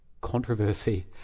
controversy